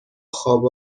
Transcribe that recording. خواب